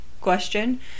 question